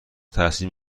تاثیر